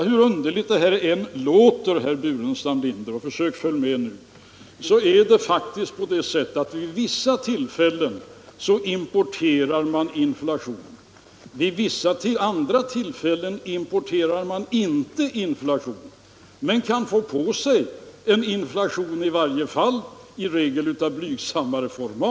Hur underligt det än låter — och försök följa med nu, herr Burenstam Linder — är det faktiskt på det sättet att vid vissa tillfällen importerar man inflation, vid andra tillfällen importerar man inte inflation men kan få på sig en inflation i alla fall, i regel av blygsammare format.